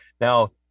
Now